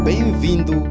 Bem-vindo